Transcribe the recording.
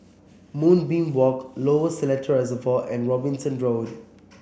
Moonbeam Walk Lower Seletar Reservoir and Robinson Road